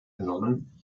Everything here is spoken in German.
genommen